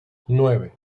nueve